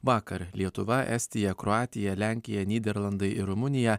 vakar lietuva estija kroatija lenkija nyderlandai ir rumunija